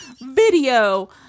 video